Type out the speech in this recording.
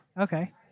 Okay